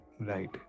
Right